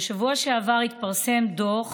בשבוע שעבר התפרסם דוח